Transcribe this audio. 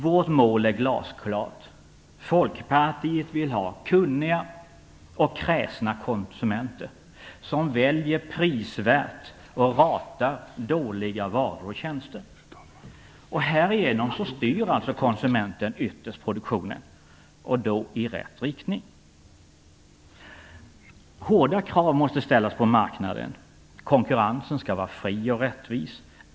Vårt mål är glasklart: Folkpartiet vill ha kunniga och kräsna konsumenter som väljer prisvärt och ratar dåliga varor och tjänster. Härigenom styr alltså konsumenten ytterst produktionen, och då i rätt riktning. Hårda krav måste ställas på marknaden. Konkurrensen skall vara fri och rättvis.